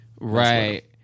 Right